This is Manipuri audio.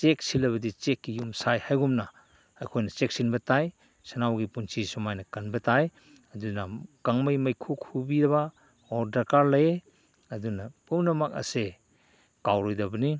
ꯆꯦꯛꯁꯤꯜꯂꯕꯗꯤ ꯆꯦꯛꯀꯤ ꯌꯨꯝ ꯁꯥꯏ ꯍꯥꯏꯒꯨꯝꯅ ꯑꯩꯈꯣꯏꯅ ꯆꯦꯛꯁꯤꯟꯕ ꯇꯥꯏ ꯁꯟꯅꯥꯎꯒꯤ ꯄꯨꯟꯁꯤ ꯁꯨꯃꯥꯏꯅ ꯀꯟꯕ ꯇꯥꯏ ꯑꯗꯨꯅ ꯀꯥꯡꯃꯩ ꯃꯩꯈꯨ ꯈꯨꯕꯤꯕ ꯑꯣꯜ ꯗꯔꯀꯥꯔ ꯂꯩ ꯑꯗꯨꯅ ꯄꯨꯝꯅꯃꯛ ꯑꯁꯤ ꯀꯥꯎꯔꯣꯏꯗꯕꯅꯤ